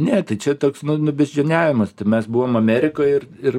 ne tai čia toks mano beždžioniavimas tai mes buvom amerikoj ir ir